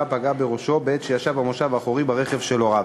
פגעה בראשו בעת שישב במושב האחורי ברכב של הוריו,